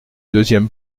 deuxième